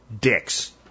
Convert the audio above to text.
dicks